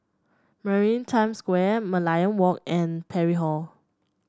Maritime Square Merlion Walk and Parry Hall